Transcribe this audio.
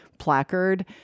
placard